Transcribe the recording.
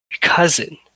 cousin